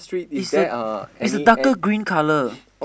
is a is a darker green colour